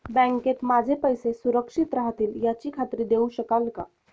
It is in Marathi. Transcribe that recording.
बँकेत माझे पैसे सुरक्षित राहतील याची खात्री देऊ शकाल का?